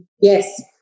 yes